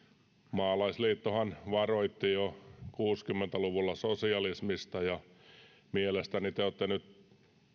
maalaisliittohan varoitti jo kuusikymmentä luvulla sosialismista ja mielestäni te olette nyt